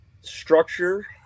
structure